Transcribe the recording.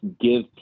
give